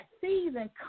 season